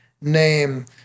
name